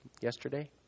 yesterday